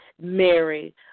Mary